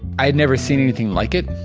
i had never seen anything like it,